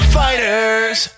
fighters